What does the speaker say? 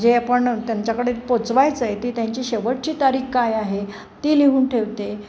जे आपण त्यांच्याकडे पोचवायचं आहे ते त्यांची शेवटची तारीख काय आहे ती लिहून ठेवते